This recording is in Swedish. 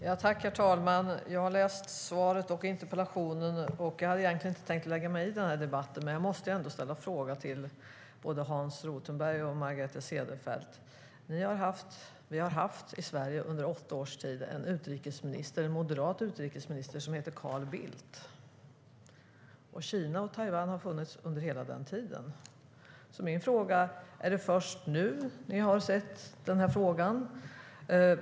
Herr talman! Jag har tagit del av interpellationen och av svaret, och jag hade inte tänkt lägga mig i debatten. Jag måste dock ställa några frågor till Hans Rothenberg och Margareta Cederfelt. Vi har i Sverige under åtta års tid haft en moderat utrikesminister som heter Carl Bildt. Kina och Taiwan har funnits under hela den tiden. Jag undrar alltså om det är först nu ni har sett situationen.